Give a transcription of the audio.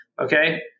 Okay